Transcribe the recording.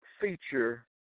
feature